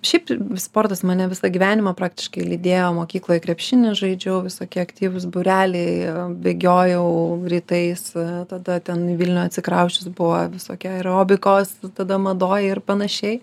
šiaip sportas mane visą gyvenimą praktiškai lydėjo mokykloje krepšinį žaidžiau visokie aktyvūs būreliai bėgiojau rytais tada ten vilniuje atsikrausčius buvo visokia aerobikos tada madoj ir panašiai